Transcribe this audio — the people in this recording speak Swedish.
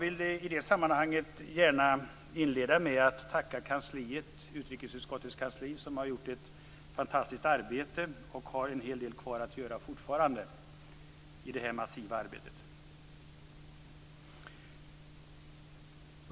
I det sammanhanget vill jag gärna inleda med att tacka utrikesutskottets kansli som har gjort ett fantastiskt arbete och fortfarande har en hel del kvar att göra i det här massiva arbetet.